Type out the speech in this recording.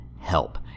help